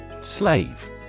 Slave